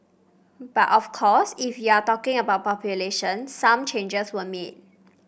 but of course if you're talking about population some changes were made